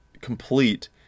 complete